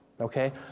Okay